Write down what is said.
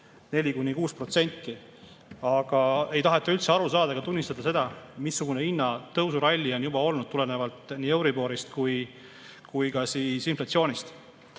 4–6% juurde. Ei taheta üldse aru saada ega tunnistada seda, missugune hinnatõusuralli on juba olnud tulenevalt nii euriborist kui ka inflatsioonist.